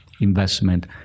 investment